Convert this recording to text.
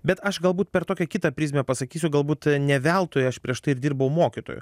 bet aš galbūt per tokią kitą prizmę pasakysiu galbūt ne veltui aš prieš tai ir dirbau mokytoju